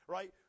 Right